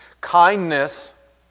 Kindness